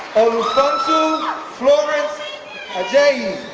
olufunso florence ajayi